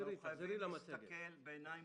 אנחנו חייבים להסתכל בעיניים